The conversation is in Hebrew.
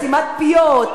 סתימת פיות,